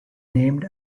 named